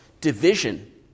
division